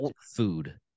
Food